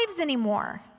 anymore